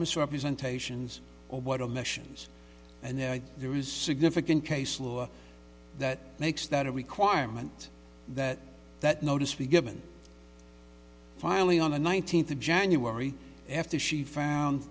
misrepresentations or what omissions and then there is significant case law that makes that a requirement that that notice be given finally on the nineteenth of january after she found